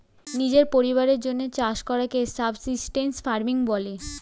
নিজের পরিবারের জন্যে চাষ করাকে সাবসিস্টেন্স ফার্মিং বলে